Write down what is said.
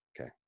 Okay